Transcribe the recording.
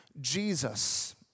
Jesus